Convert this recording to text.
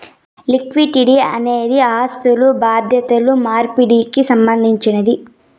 liquidity అనేది ఆస్థులు బాధ్యతలు మార్పిడికి సంబంధించినది